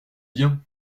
bien